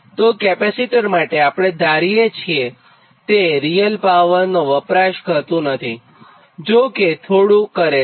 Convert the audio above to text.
તો કેપેસિટર માટે આપણે ધારીએ છીએ કે તે રીઅલ પાવરનો વપરાશ કરતું નથીજો કે થોડું કરે છે